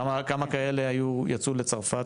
כמה כאלה יצאו לצרפת?